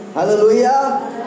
Hallelujah